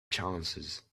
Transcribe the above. chances